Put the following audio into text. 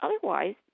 otherwise